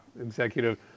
executive